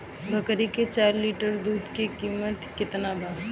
बकरी के चार लीटर दुध के किमत केतना बा?